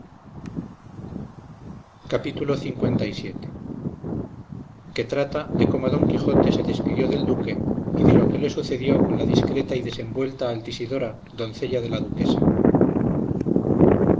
capítulo lvii que trata de cómo don quijote se despidió del duque y de lo que le sucedió con la discreta y desenvuelta altisidora doncella de la duquesa